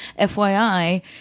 fyi